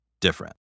different